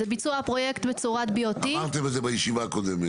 זה ביצוע פרויקט בצורת BOT. אמרתם את זה בישיבה הקודמת.